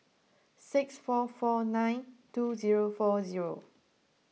six four four nine two zero four zero